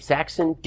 Saxon